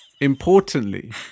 Importantly